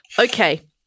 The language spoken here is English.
Okay